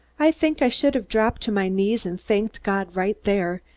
i think i should have dropped to my knees and thanked god right there,